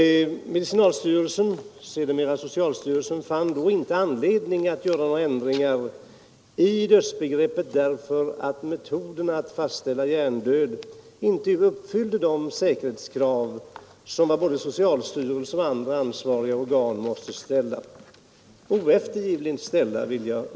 Medicinalstyrelsen, sedermera socialstyrelsen, fann då inte anledning att göra några ändringar av dödsbegreppet, därför att metoderna att fastställa hjärndöd inte uppfyllde de säkerhetskrav som både socialstyrelsen och andra ansvariga organ oceftergivligen måste ställa.